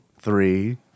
three